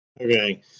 Okay